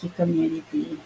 community